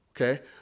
Okay